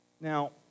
Now